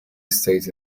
state